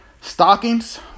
stockings